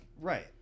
Right